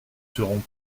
seront